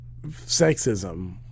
sexism